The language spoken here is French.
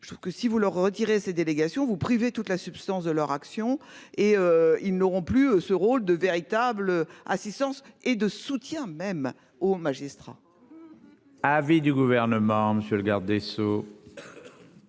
Je trouve que si vous le retirer ses délégations vous priver toute la substance de leur action et ils n'auront plus ce rôle de véritable assistance et de soutien même au magistrat. Avis du gouvernement, monsieur le garde des Sceaux.